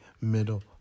Middle